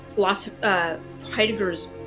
Heidegger's